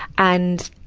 and,